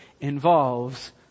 involves